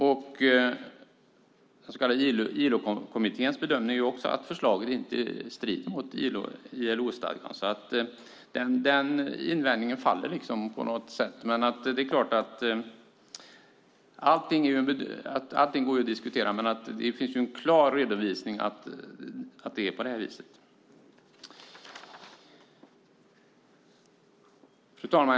Vidare är ILO-kommitténs bedömning att förslaget inte strider mot ILO:s stadga. Därför faller invändningarna. Allt går förstås att diskutera, men det finns klart redovisat att det är på detta vis. Fru talman!